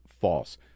false